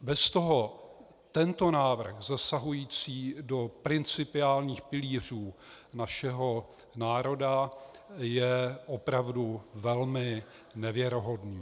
Bez toho tento návrh, zasahující do principiálních pilířů našeho národa, je opravdu velmi nevěrohodný.